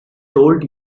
told